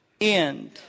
end